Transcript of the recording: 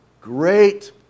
Great